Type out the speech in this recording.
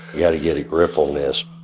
yeah to get a grip on this